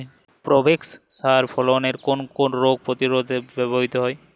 Provex সার ফসলের কোন কোন রোগ প্রতিরোধে ব্যবহৃত হয়?